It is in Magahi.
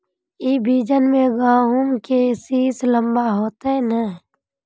ई बिचन में गहुम के सीस लम्बा होते नय?